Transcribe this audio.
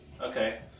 Okay